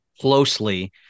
closely